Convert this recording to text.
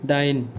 दाइन